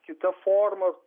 kita forma